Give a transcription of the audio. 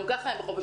גם ככה הם בחופש,